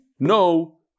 No